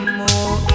more